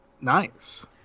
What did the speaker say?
Nice